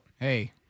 Hey